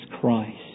Christ